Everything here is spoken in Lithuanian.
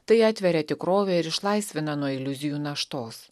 tai atveria tikrovę ir išlaisvina nuo iliuzijų naštos